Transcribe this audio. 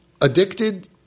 addicted